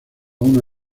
una